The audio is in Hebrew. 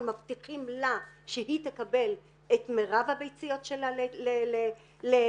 מבטיחים לה שהיא תקבל את מירב הביציות שלה לעצמה.